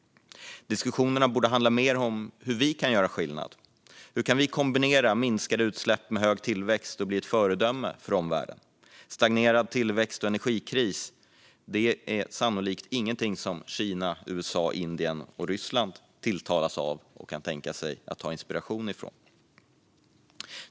Diskussionerna borde handla mer om hur vi kan göra skillnad. Hur kan vi kombinera minskade utsläpp med hög tillväxt och bli ett föredöme för omvärlden? Stagnerad tillväxt och energikris är sannolikt inget som Kina, USA, Indien eller Ryssland tilltalas av och kan tänkas hämta inspiration från.